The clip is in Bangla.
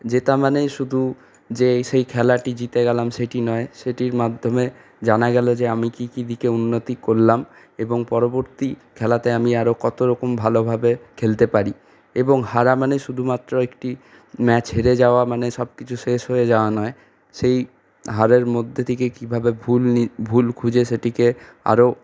জেতা মানেই শুধু যে সেই খেলাটি জিতে গেলাম সেটি নয় সেটির মাধ্যমে জানা গেলো যে আমি কি কি দিকে উন্নতি করলাম এবং পরবর্তী খেলাতে আমি আরও কতরকমভাবে ভালোভাবে খেলতে পারি এবং হারা মানে শুধুমাত্র একটি ম্যাচ হেরে যাওয়া মানে সবকিছু শেষ হয়ে যাওয়া নয় সেই হারের মধ্যে থেকেই কীভাবে ভুল ভুল খুঁজে সেটিকে আরও